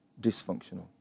Dysfunctional